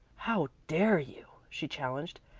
how dared you, she challenged.